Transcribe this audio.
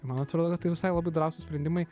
man atrodo tai visai labai drąsūs sprendimai